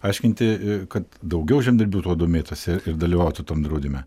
aiškinti kad daugiau žemdirbių tuo domėtųsi ir dalyvautų tam draudime